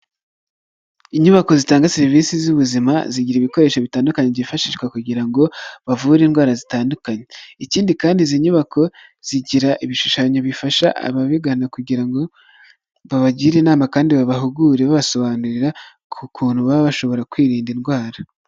Inyubako zitanga serivisi z'ubuzima zigira ibikoresho bitandukanye byifashishwa kugira ngo bavure indwara zitandukanye. Ikindi kandi izi nyubako zigira ibishushanyo bifasha ababigana kugira ngo babagire inama kandi babahugure babasobanurira ku kuntu baba bashobora kwirinda indwara.